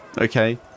Okay